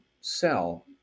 sell